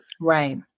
Right